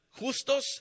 justos